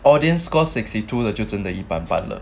audience score sixty two 的就真的一般般了